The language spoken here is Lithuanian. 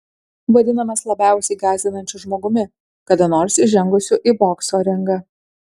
vadinamas labiausiai gąsdinančiu žmogumi kada nors įžengusiu į bokso ringą